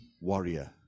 warrior